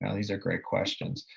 and these are great questions.